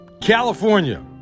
California